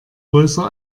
größer